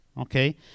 okay